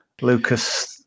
Lucas